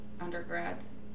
undergrads